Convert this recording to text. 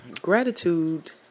Gratitude